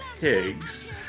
Pigs